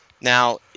now